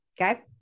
Okay